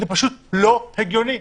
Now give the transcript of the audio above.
לא הגיוני.